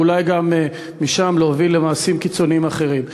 ואולי משם גם הוביל למעשים קיצוניים אחרים.